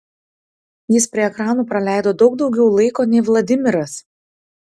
jis prie ekranų praleido daug daugiau laiko nei vladimiras